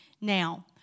Now